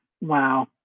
wow